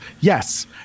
Yes